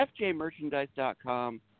fjmerchandise.com